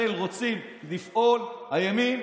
רוצים לפעול במדינת ישראל,